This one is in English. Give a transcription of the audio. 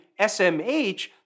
SMH